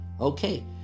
Okay